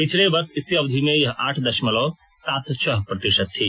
पिछले वर्ष इसी अवधि में यह आठ दशमलव सात छह प्रतिशत थी